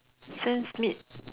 since meet